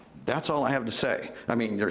that's all i have to say. i mean,